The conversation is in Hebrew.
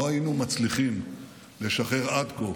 שלא היינו מצליחים לשחרר עד כה